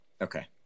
Okay